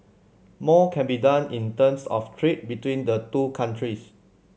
more can be done in terms of trade between the two countries